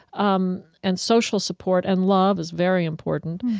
um and social support and love is very important.